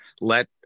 let